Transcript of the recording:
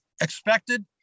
expected